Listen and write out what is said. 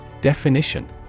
Definition